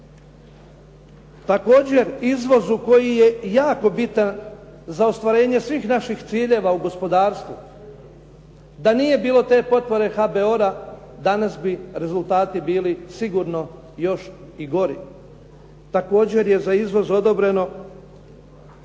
Također izvozu koji je jako bitan za ostvarenje svih naših ciljeva u gospodarstvu. Da nije bilo te potpore HBOR-a, danas bi rezultati bili sigurno još i gori. Također je za izvoz odobreno